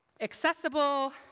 accessible